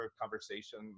conversation